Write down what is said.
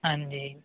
ਹਾਂਜੀ